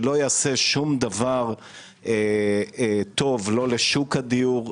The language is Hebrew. שלא יעשה שום דבר טוב לא לשוק הדיור,